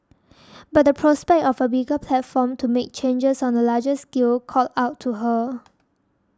but the prospect of a bigger platform to make changes on a larger scale called out to her